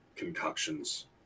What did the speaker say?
concoctions